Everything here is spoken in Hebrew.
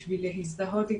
כדי להזדהות איתה.